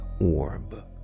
orb